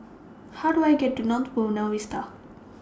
How Do I get to North Buona Vista